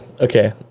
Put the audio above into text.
okay